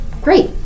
Great